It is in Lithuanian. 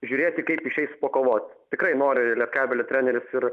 žiūrėti kaip išeis pakovot tikrai nori lietkablio treneris ir